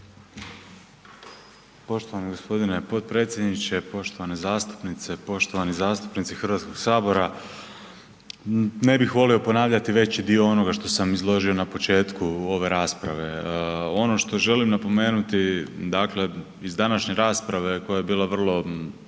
Poštovani g. potpredsjedniče, poštovane zastupnice, poštovani zastupnici HS-a. Ne bih volio ponavljati veći dio onoga što sam izložio na početku ove rasprave. Ono što želim napomenuti, dakle iz današnje rasprave koja je bila vrlo